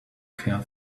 care